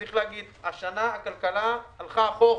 צריך להגיד, השנה הכלכלה הלכה אחורה.